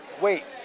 Wait